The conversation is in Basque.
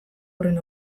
horren